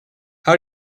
how